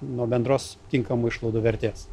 nuo bendros tinkamų išlaidų vertės